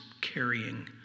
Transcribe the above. carrying